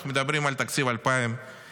אנחנו מדברים על תקציב 2024,